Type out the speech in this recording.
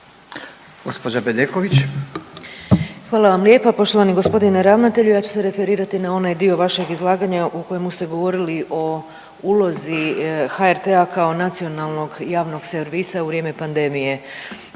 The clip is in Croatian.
Vesna (HDZ)** Hvala vam lijepo. Poštovani gospodine ravnatelju ja ću se referirati na onaj dio vašeg izlaganja u kojemu ste govorili o ulozi HRT-a kao nacionalnog javnog servisa u vrijeme pandemije